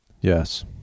Yes